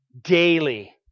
daily